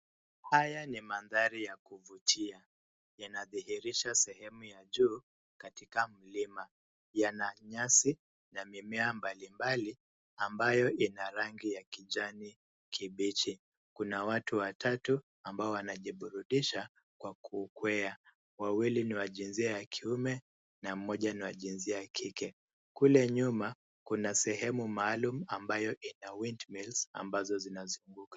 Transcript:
Haya ni mandhari ya kuvutia, yanadhihirisha sehemu ya juu, katika mlima. Yana nyasi, na mimea mbalimbali, ambayo ina rangi ya kijani kibichi. Kuna watu watatu, ambao wanajiburudisha, kwa kukwea. Wawili ni wa jinsia ya kiume, na mmoja ni wa jinsia ya kike. Kule nyuma, kuna sehemu maalum ambayo ina windmills , ambazo zinazunguka.